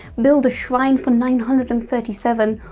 build a shrine for nine hundred and thirty seven,